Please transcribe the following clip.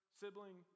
sibling